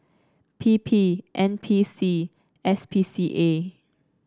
P P N P C S P C A